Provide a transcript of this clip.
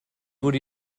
wurde